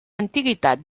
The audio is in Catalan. antiguitat